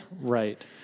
Right